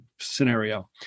scenario